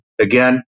Again